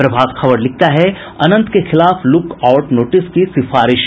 प्रभात खबर लिखता है अनंत के खिलाफ लुक आउट नोटिस की सिफारिश